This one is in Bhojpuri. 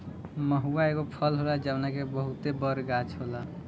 महुवा एगो फल होला जवना के बहुते बड़ गाछ होला